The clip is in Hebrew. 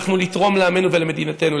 חונכנו לתרום לעמנו ולמדינתנו,